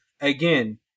Again